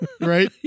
Right